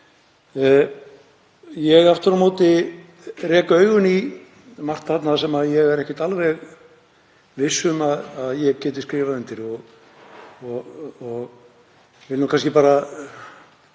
rek aftur á móti augun í margt þarna sem ég er ekkert alveg viss um að ég geti skrifað undir og vil segja að